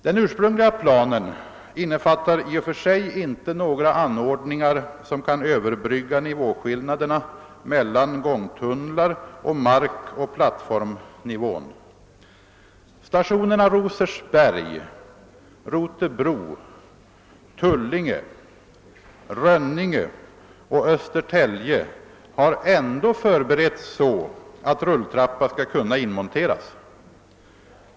Den ursprungliga planen innefattar i och för sig inte några anordningar som kan överbrygga nivåskillnaderna mellan gångtunnlar och markoch plattformsnivån. Stationerna Rosersberg, Rotebro, Tullinge, Rönninge och öÖstertälje har ändå förberetts så att rulltrappa skall kunna inmonteras.